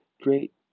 Great